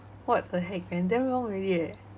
what the heck man damn long already eh